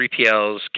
3PLs